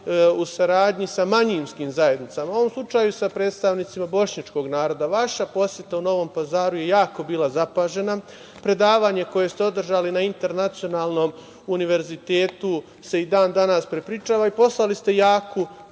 u saradnji sa manjinskim zajednicama. U ovom slučaju sa predstavnicima bošnjačkog naroda. Vaša poseta u Novom Pazaru jako je bila zapažena. Predavanje koje ste održali na Internacionalom univerzitetu se i dan danas prepričava i poslali ste jaku